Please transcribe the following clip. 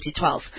2012